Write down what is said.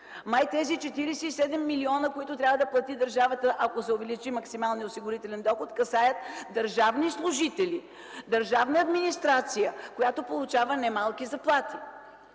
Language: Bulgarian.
Май тези 47 милиона, които трябва да плати държавата, ако се увеличи максималният осигурителен доход, касаят държавни служители, държавна администрация, която получава немалки заплати!